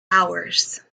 hours